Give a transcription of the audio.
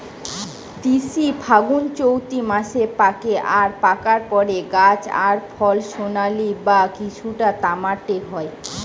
তিসি ফাল্গুনচোত্তি মাসে পাকে আর পাকার পরে গাছ আর ফল সোনালী বা কিছুটা তামাটে হয়